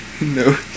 No